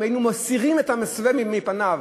אז היינו מסירים את המסווה מפניו,